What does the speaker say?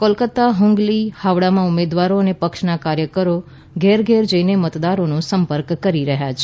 કોલકતા હ્ગલી હાવડામાં ઉમેદવારો અને પક્ષના કાર્યકરો ઘરે ઘરે જઈને મતદારોનો સંપર્ક કરી રહ્યા છે